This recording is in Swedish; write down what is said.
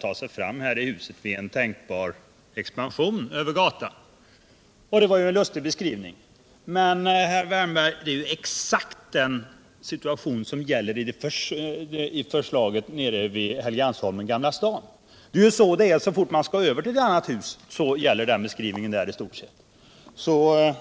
ta sig fram här i huset vid en tänkbar expansion över Drottninggatan. Men, herr Wärnberg, exakt samma situation gäller vid ett genomförande av förslaget om återflyttning till Helgeandsholmen och Gamla stan. Så snart man skall över till ett annat hus gäller i stort sett den beskrivning som Erik Wärnberg gav.